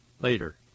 later